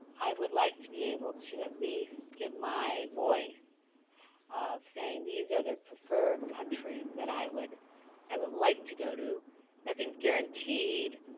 i would like to be able to at least give my voice saying these are their preferred countries that i would i would like to go to nothing's guaranteed